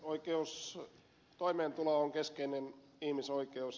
oikeus toimeentuloon on keskeinen ihmisoikeus